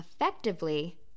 effectively